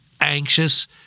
anxious